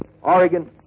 Oregon